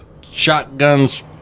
shotguns